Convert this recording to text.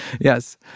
Yes